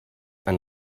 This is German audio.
ein